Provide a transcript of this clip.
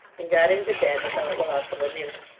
and got him to bed without loss of a minute.